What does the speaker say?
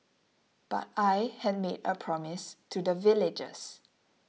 but I had made a promise to the villagers